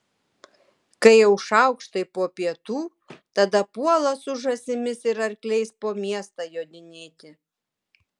kai jau šaukštai po pietų tada puola su žąsimis ir arkliais po miestą jodinėti